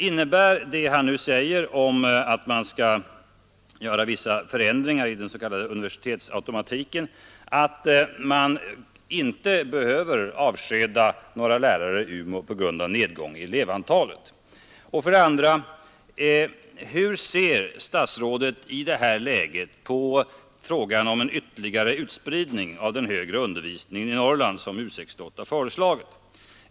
Innebär det han nu säger om att man skall göra vissa förändringar i den s.k. universitetsautomatiken att man inte behöver avskeda några lärare i Umeå på grund av nedgång i elevantalet? 2. Hur ser statsrådet i det läget som uppkommit på frågan om en ytterligare utspridning av den högre undervisningen i Norrland som U 68 föreslagit?